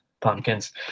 pumpkins